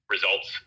results